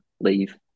leave